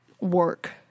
work